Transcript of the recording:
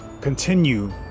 continue